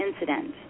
incident